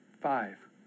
five